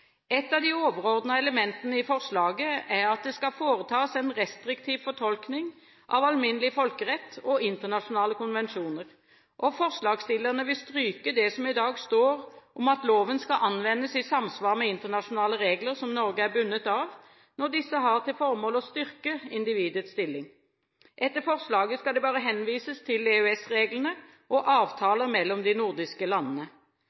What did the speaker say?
Et av de overordnede elementene i forslaget er at det skal foretas en restriktiv fortolkning av alminnelig folkerett og internasjonale konvensjoner. Forslagsstillerne vil stryke det som i dag står om at loven skal anvendes i samsvar med internasjonale regler som Norge er bundet av, når disse har til formål å styrke individets stilling. Etter forslaget skal det bare henvises til EØS-reglene og avtaler mellom de nordiske landene.